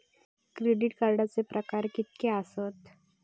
Debit कार्डचे प्रकार कीतके आसत?